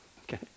Okay